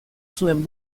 zuen